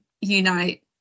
Unite